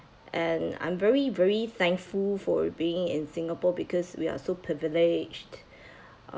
and I'm very very thankful for being in singapore because we are so privileged